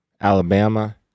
Alabama